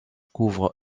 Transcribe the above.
couvre